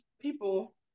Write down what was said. people